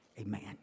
amen